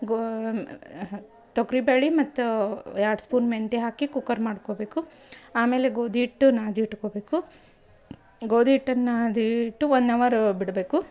ಗೋ ತೊಗರಿ ಬ್ಯಾಳೆ ಮತ್ತು ಎರಡು ಸ್ಪೂನ್ ಮೆಂತೆ ಹಾಕಿ ಕುಕ್ಕರ್ ಮಾಡ್ಕೊಬೇಕು ಆಮೇಲೆ ಗೋಧಿ ಹಿಟ್ಟು ನಾದಿಟ್ಕೋಬೇಕು ಗೋಧಿ ಹಿಟ್ಟನ್ ನಾದಿ ಇಟ್ಟು ಒನ್ ಅವರ್ ಬಿಡಬೇಕು